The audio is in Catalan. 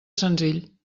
senzill